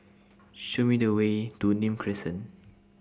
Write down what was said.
Show Me The Way to Nim Crescent